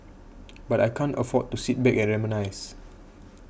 but I can't afford to sit back and reminisce